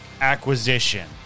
acquisition